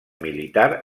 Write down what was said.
militar